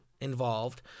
involved